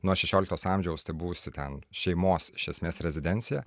nuo šešioliktos amžiaus tai buvusi ten šeimos iš esmės rezidencija